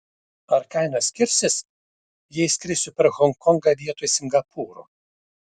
ar kainos skirsis jei skrisiu per honkongą vietoj singapūro